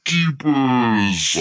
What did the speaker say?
Keepers